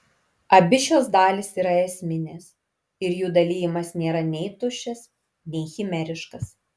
abi šios dalys yra esminės ir jų dalijimas nėra nei tuščias nei chimeriškas